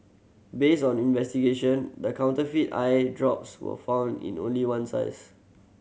based on investigation the counterfeit eye drops were found in only one size